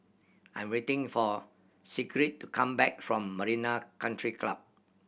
I am waiting for Sigrid to come back from Marina Country Club